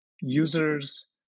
users